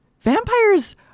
Vampires